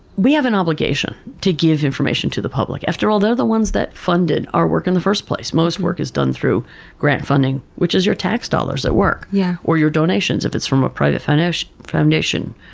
we have an obligation to give information to the public. after all, they're the ones that funded our work in the first place. most work is done through grant funding, which is your tax dollars at work, yeah or your donations if it's from a private foundation.